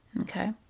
Okay